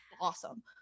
Awesome